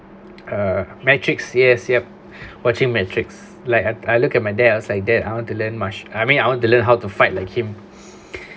uh matrix years yup watching matrix like I I look at my dad I was like dad I want to learn much I mean I want to learn how to fight like him